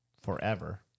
forever